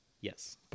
Yes